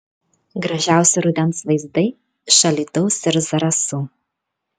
gražiausi rudens vaizdai iš alytaus ir zarasų